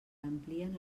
amplien